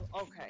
Okay